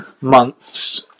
months